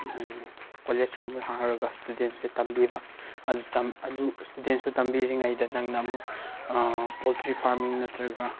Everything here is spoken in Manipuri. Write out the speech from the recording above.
ꯀꯣꯂꯦꯖꯀꯨꯝꯕ ꯍꯥꯡꯉꯒ ꯁ꯭ꯇꯨꯗꯦꯟꯁꯦ ꯇꯝꯕꯤꯕ ꯑꯗꯨ ꯑꯗꯨ ꯁ꯭ꯇꯨꯗꯦꯟꯁꯇꯨ ꯇꯝꯕꯤꯔꯤꯉꯩꯗ ꯅꯪꯅ ꯑꯃꯨꯛ ꯄꯣꯜꯇ꯭ꯔꯤ ꯐꯥꯔꯃꯤꯡ ꯅꯠꯇ꯭ꯔꯒ